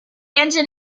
engine